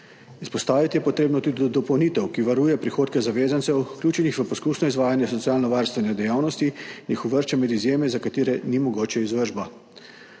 Izpostaviti je potrebno tudi dopolnitev, ki varuje prihodke zavezancev, vključenih v poskusno izvajanje socialno varstvene dejavnosti in jih uvršča med izjeme, za katere ni mogoča izvršba.